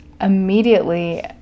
immediately